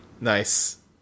Nice